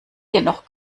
dennoch